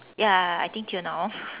ya I think till now